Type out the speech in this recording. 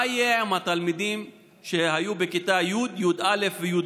מה יהיה עם התלמידים שהיו בכיתה י', י"א וי"ב?